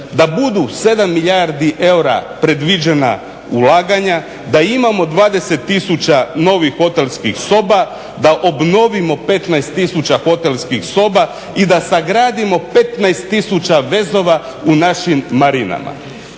da budu 7 milijardi eura predviđena ulaganja, da imamo 20000 novih hotelskih soba, da obnovimo 15000 hotelskih soba i da sagradimo 15000 vezova u našim marinama.